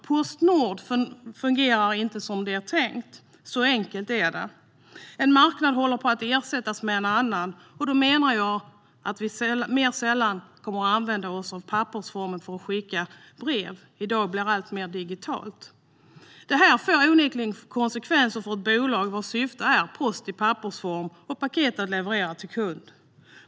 Postnord fungerar inte som det är tänkt. Så enkelt är det. En marknad håller på att ersättas med en annan. Då menar jag att vi mer sällan kommer att använda oss av pappersformen för att skicka brev. I dag blir det alltmer digitalt. Det här får onekligen konsekvenser för ett bolag vars syfte är att leverera post i pappersform samt paket till kunderna.